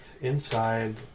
Inside